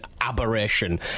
aberration